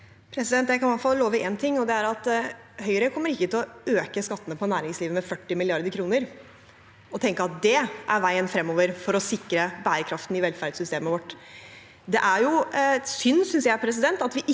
Jeg kan i hvert fall love én ting, og det er at Høyre ikke kommer til å øke skattene på næringslivet med 40 mrd. kr. og tenke at det er veien fremover for å sikre bærekraften i velferdssystemet vårt. Det er jo synd, synes jeg, at vi ikke